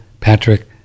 patrick